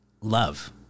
love